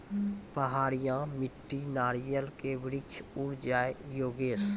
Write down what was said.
पहाड़िया मिट्टी नारियल के वृक्ष उड़ जाय योगेश?